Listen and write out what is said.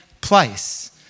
place